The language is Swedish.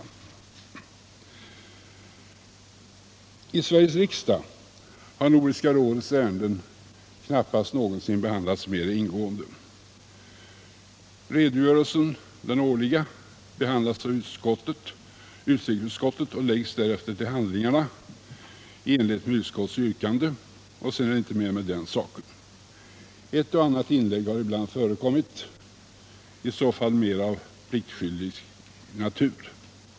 I Sveriges riksdag har Nordiska rådets ärenden knappast någonsin behandlats särskilt ingående. Rådets årliga redogörelse behandlas av utrikesutskottet och läggs därefter till handlingarna i enlighet med utskottets yrkande, och sedan är det inte mer med den saken. Ett och annat inlägg har ibland förekommit men i så fall mera av pliktskyldig natur.